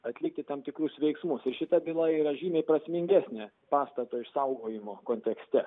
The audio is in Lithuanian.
atlikti tam tikrus veiksmus ir šita byla yra žymiai prasmingesnė pastato išsaugojimo kontekste